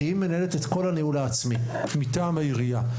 שהיא מנהלת את כל הניהול העצמי מטעם העירייה.